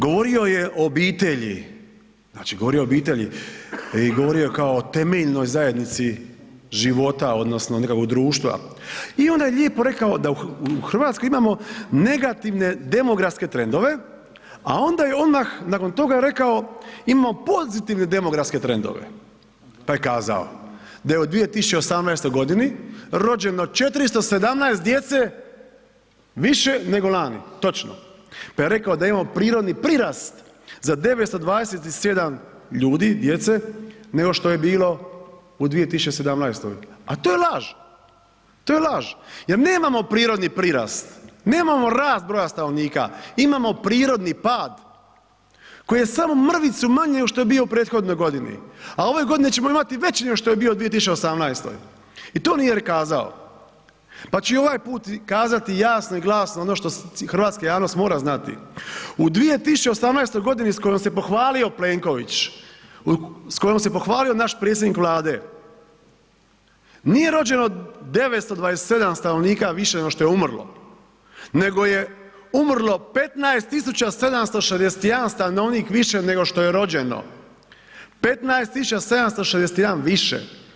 Govorio je o obitelji, znači govorio je o obitelji i govorio je kao o temeljnoj zajednici života odnosno nekakvog društva i onda je lijepo rekao da u RH imamo negativne demografske trendove, a onda je odmah, nakon toga je rekao imamo pozitivne demografske trendove, pa je kazao da je u 2018.g. rođeno 417 djece više nego lani, točno, pa je rekao da imamo prirodni prirast za 927 ljudi, djece, nego što je bilo u 2017., a to je laž, to je laž jer nemamo prirodni prirast, nemamo rast broja stanovnika imamo prirodni pad koji je samo mrvicu manji nego što je bio u prethodnoj godini a ove godine ćemo imati veći nego što je bio u 2018., i to nije ni kazao pa ću i ovaj put kazati jasno i glasno ono što hrvatska javnost mora znati, u 2018. g. s kojom se pohvalio Plenković, s kojom se pohvalio naš predsjednik Vlade, nije rođeno 927 stanovnika više nego što je umrlo nego je urmo 15 761 stanovnik više nego što je rođeno, 15 761 više.